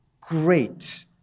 great